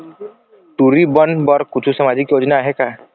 टूरी बन बर कछु सामाजिक योजना आहे का?